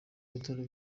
bitaro